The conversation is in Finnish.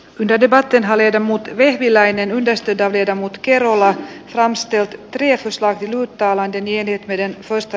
lindedebattenhalleja mutta vehviläinen esteitä viedä mut kerola ransteltu kirjasto saa kirjoittaa lankiniemi neljätoista